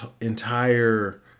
entire